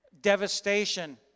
devastation